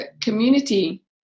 community